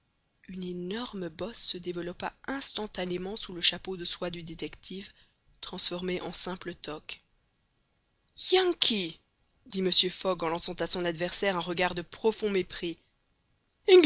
une énorme bosse se développa instantanément sous le chapeau de soie du détective transformé en simple toque yankee dit mr fogg en lançant à son adversaire un regard de profond mépris